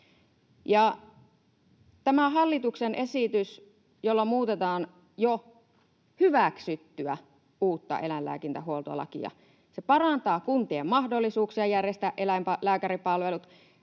Tämä hallituksen esitys, jolla muutetaan jo hyväksyttyä uutta eläinlääkintähuoltolakia, parantaa kuntien mahdollisuuksia järjestää eläinlääkäripalvelut,